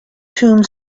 tomb